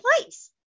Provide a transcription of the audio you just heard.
place